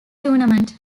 tournaments